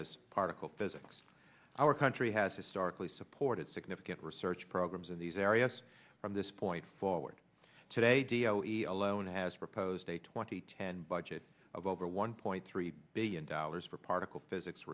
as particle physics our country has historically supported significant research programs in these areas from this point forward today dio eat alone has proposed a twenty ten budget of over one point three billion dollars for particle physics